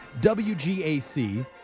WGAC